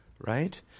right